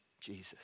Jesus